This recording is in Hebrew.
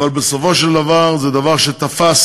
אבל בסופו של דבר זה דבר שתפס,